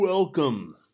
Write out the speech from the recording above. Welcome